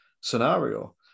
scenario